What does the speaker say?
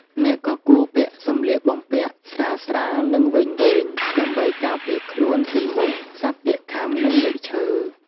អ្នកក៏គួរពាក់សម្លៀកបំពាក់ស្រាលៗ និងវែងៗដើម្បីការពារខ្លួនពីមូស សត្វទាកខាំ និងមែកឈើ។